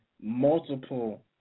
multiple